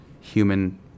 human